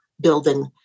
building